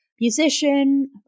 Musician